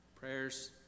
Prayers